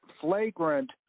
flagrant